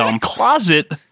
Closet